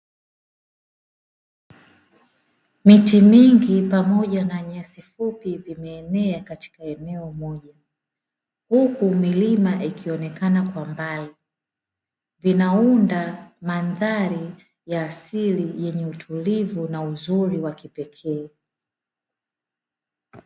Miti mingi pamoja na nyasi fupi vimeenea katika eneo moja huku milima ikionekana kwa mbali, vinaunda mandhari ya asili yenye utulivu na uzuri wa kipeke.